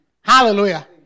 Hallelujah